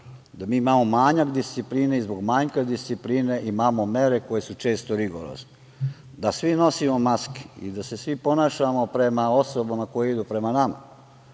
da mi imamo manjak discipline. Zbog manjka discipline imamo mere koje su često rigorozne. Da svi nosimo maske i da se svi ponašamo prema osobama koje idu prema nama,